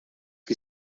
que